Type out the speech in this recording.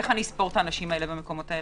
איך אספור את האנשים האלה והמקומות האלה?